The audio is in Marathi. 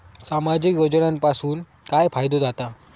सामाजिक योजनांपासून काय फायदो जाता?